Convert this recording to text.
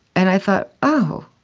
and i thought, oh,